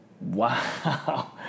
Wow